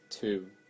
two